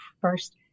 first